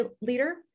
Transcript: leader